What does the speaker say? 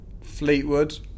Fleetwood